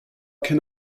can